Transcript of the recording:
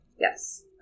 yes